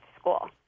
school